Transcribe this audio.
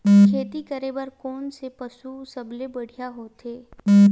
खेती करे बर कोन से पशु सबले बढ़िया होथे?